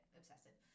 obsessive